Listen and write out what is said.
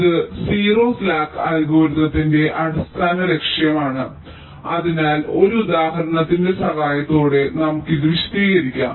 ഇത് 0 സ്ലാക്ക് അൽഗോരിതത്തിന്റെ അടിസ്ഥാന ലക്ഷ്യമാണ് അതിനാൽ ഒരു ഉദാഹരണത്തിന്റെ സഹായത്തോടെ നമുക്ക് ഇത് വിശദീകരിക്കാം